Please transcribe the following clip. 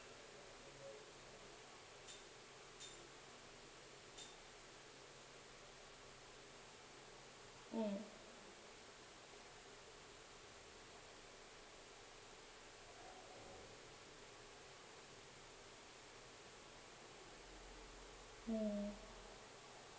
mm mm